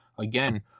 again